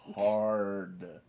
Hard